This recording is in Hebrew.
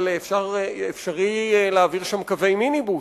אבל אפשרי להעביר שם קווי מיניבוס,